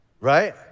right